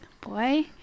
Boy